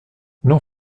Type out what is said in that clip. m’en